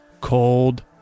cold